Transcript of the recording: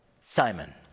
Simon